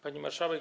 Pani Marszałek!